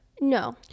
No